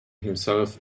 himself